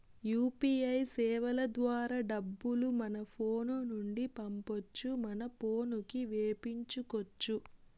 UPI సేవల ద్వారా డబ్బులు మన ఫోను నుండి పంపొచ్చు మన పోనుకి వేపించుకొచ్చు